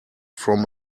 from